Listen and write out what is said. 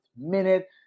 minute